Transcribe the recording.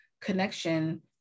connection